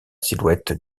silhouette